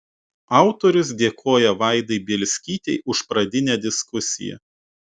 autorius dėkoja vaidai bielskytei už pradinę diskusiją